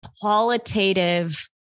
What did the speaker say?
qualitative